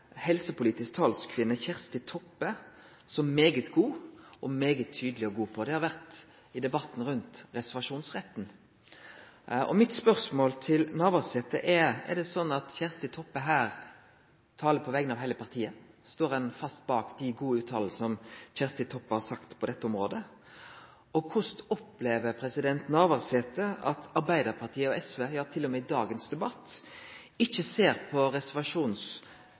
helsepolitisk talskvinne, Kjersti Toppe, som svært god og svært tydeleg – i debatten om reservasjonsretten. Spørsmålet mitt til Navarsete er: Er det slik at Kjersti Toppe her talar på vegner av heile partiet? Står ein bak dei gode utsegnene som Kjersti Toppe har på dette området? Korleis opplever Navarsete at Arbeidarpartiet og SV – til og med i dagens debatt – ikkje ser på